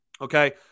okay